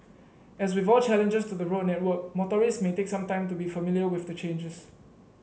as with all changes to the road network motorists may take some time to be familiar with the changes